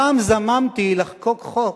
פעם זממתי לחקוק חוק,